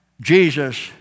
Jesus